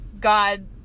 god